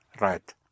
Right